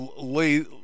lay